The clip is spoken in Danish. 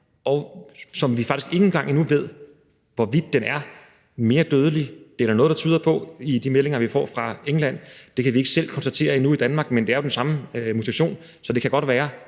og som vi faktisk ikke engang endnu ved hvorvidt er mere dødelig. Det er der noget, der tyder på i de meldinger, vi får fra England; det kan vi ikke selv konstatere endnu i Danmark, men det jo er den samme mutation, så det kan godt være,